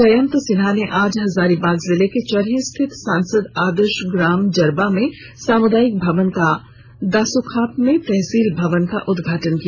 सांसद जयंत सिन्हा ने आज हजारीबाग जिले के चरही स्थित सांसद आदर्श ग्राम जरबा में सामुदायिक भवन और दासोखाप में तहसील भवन का उद्घाटन किया